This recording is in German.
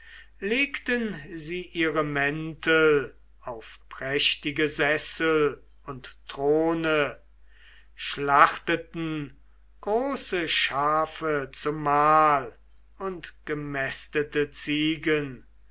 legten sie ihre mäntel auf prächtige sessel und throne schlachteten große schafe zum mahl und gemästete ziegen